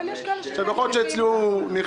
יכול להיות שאצלי הוא נכשל,